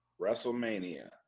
WrestleMania